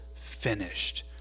finished